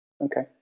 okay